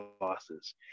losses